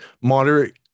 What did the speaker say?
moderate